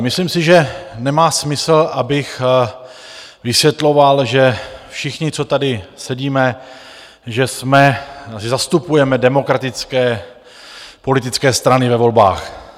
Myslím si, že nemá smysl, abych vysvětloval, že všichni, co tady sedíme, zastupujeme demokratické politické strany ve volbách.